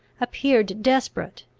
appeared desperate,